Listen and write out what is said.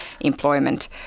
employment